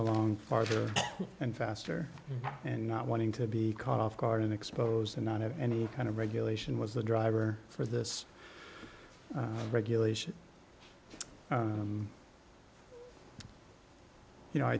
along farther and faster and not wanting to be caught off guard and expose and not have any kind of regulation was the driver for this regulation you know i